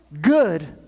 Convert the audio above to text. Good